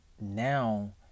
now